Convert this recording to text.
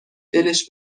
دلش